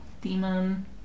Demon